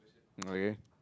okay